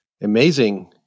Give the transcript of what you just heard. amazing